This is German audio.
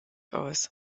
aus